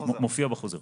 מופיע בחוזר.